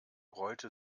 rollte